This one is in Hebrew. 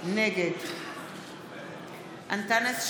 נגד אנטאנס שחאדה,